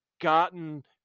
gotten